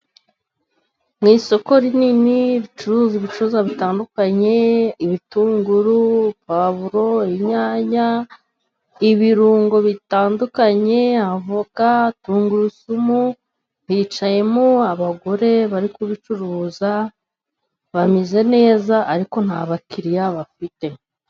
Mu isoko rinini ricuruza ibicuruzwa bitandukanye: ibitunguru, pavuro, inyanya, ibirungo bitandukanye, avoka, tungurusumu, hicayemo abagore bari kubicuruza bameze neza ariko nta bakiriya bafite.